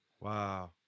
Wow